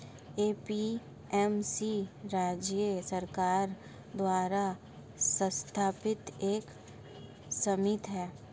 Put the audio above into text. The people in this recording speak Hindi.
ए.पी.एम.सी राज्य सरकार द्वारा स्थापित एक समिति है